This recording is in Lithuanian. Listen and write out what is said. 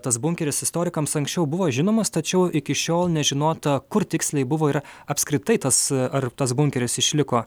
tas bunkeris istorikams anksčiau buvo žinomas tačiau iki šiol nežinota kur tiksliai buvo ir apskritai tas ar tas bunkeris išliko